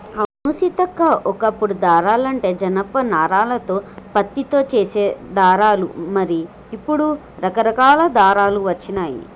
అవును సీతక్క ఓ కప్పుడు దారాలంటే జనప నారాలతో పత్తితో చేసే దారాలు మరి ఇప్పుడు రకరకాల దారాలు వచ్చినాయి